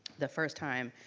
the first time.